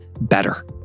better